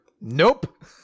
Nope